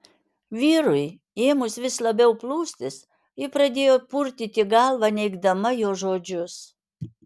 vyrui ėmus vis labiau plūstis ji pradėjo purtyti galvą neigdama jo žodžius